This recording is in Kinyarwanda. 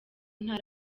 ntara